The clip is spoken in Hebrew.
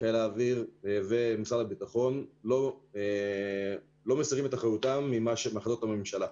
חיל האוויר ומשרד הביטחון לא מסירים את אחריותם מהחלטות הממשלה,